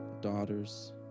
daughters